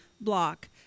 block